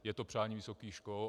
Je to přání vysokých škol.